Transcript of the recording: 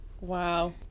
Wow